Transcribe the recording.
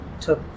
took